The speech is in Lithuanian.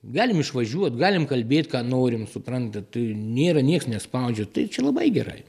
galim išvažiuot galim kalbėt ką norim suprantat tai nėra nieks nespaudžia tai čia labai gerai